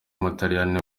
w’umutaliyani